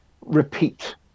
repeat